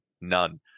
none